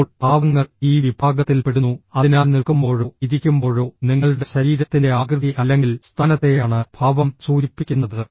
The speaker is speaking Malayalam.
ഇപ്പോൾ ഭാവങ്ങൾ ഈ വിഭാഗത്തിൽ പെടുന്നു അതിനാൽ നിൽക്കുമ്പോഴോ ഇരിക്കുമ്പോഴോ നിങ്ങളുടെ ശരീരത്തിന്റെ ആകൃതി അല്ലെങ്കിൽ സ്ഥാനത്തെയാണ് ഭാവം സൂചിപ്പിക്കുന്നത്